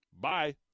Bye